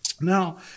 Now